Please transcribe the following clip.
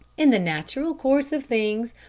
in the natural course of things,